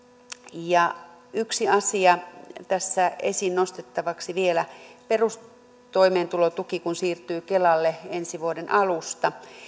ja yksi asia tässä esiin nostettavaksi vielä kun perustoimeentulotuki siirtyy kelalle ensi vuoden alusta